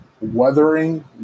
Weathering